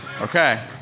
Okay